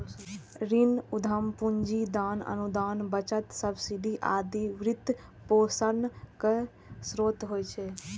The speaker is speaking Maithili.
ऋण, उद्यम पूंजी, दान, अनुदान, बचत, सब्सिडी आदि वित्तपोषणक स्रोत होइ छै